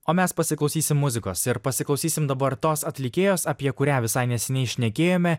o mes pasiklausysim muzikos ir pasiklausysim dabar tos atlikėjos apie kurią visai neseniai šnekėjome